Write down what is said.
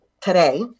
today